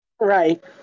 Right